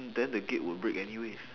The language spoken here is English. then the gate would break anyways